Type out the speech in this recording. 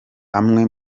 amwe